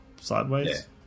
sideways